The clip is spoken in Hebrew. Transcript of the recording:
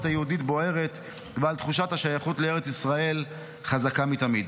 היהודית בוערת ועל תחושת השייכות לארץ ישראל חזקה מתמיד.